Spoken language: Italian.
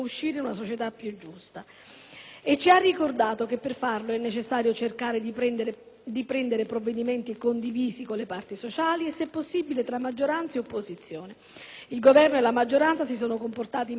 E ci ha ricordato che per farlo è necessario cercare di assumere provvedimenti condivisi con le parti sociali e, se possibile, tra maggioranza e opposizione. Ma il Governo e la maggioranza si sono comportati in modo diametralmente opposto.